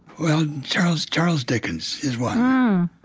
well, charles charles dinkens is one.